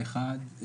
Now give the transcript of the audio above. אחד,